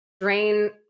drain